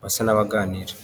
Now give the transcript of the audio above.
basa n'abaganira.